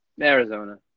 Arizona